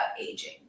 aging